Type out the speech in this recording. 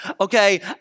okay